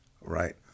right